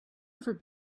ever